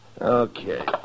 Okay